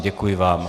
Děkuji vám.